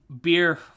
beer